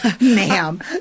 Ma'am